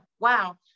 Wow